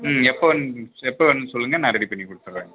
ம் எப்போ வேணும் எப்போ வேணும்னு சொல்லுங்கள் நான் ரெடி பண்ணிக் கொடுத்துட்றேன்